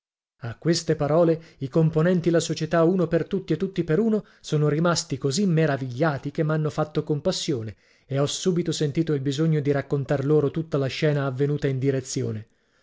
a queste parole i componenti la società uno per tutti e tutti per uno sono rimasti così meravigliati che m'hanno fatto compassione e ho subito sentito il bisogno di raccontar loro tutta la scena avvenuta in direzione